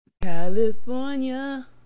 California